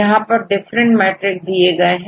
यहां पर different metric दिए गए हैं